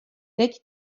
teď